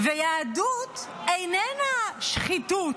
ויהדות איננה שחיתות.